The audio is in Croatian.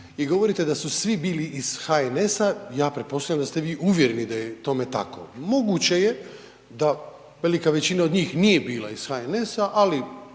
i govorite da su svi bili iz HNS-a, ja pretpostavljam da ste vi uvjereni da je tome tako. Moguće je da velika većina od njih nije bila iz HNS-a, ali